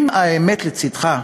אם האמת לצדך,